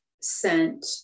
sent